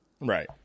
Right